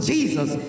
Jesus